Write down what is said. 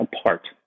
apart